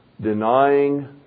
denying